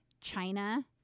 China